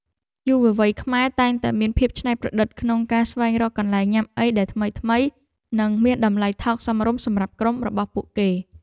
យុវវ័យខ្មែរតែងតែមានភាពច្នៃប្រឌិតក្នុងការស្វែងរកកន្លែងញ៉ាំអីដែលថ្មីៗនិងមានតម្លៃថោកសមរម្យសម្រាប់ក្រុមរបស់គេ។